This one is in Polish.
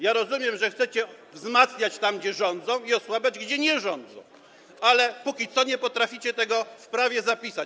Ja rozumiem, że chcecie wzmacniać tam, gdzie rządzą, i osłabiać, gdzie nie rządzą, ale póki co nie potraficie tego w prawie zapisać.